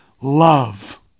love